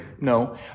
no